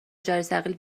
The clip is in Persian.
جرثقیل